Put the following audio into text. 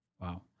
wow